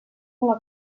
una